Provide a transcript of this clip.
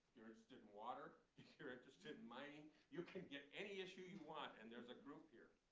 you're interested in water, if you're interested in mining you can get any issue you want, and there's a group here.